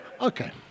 okay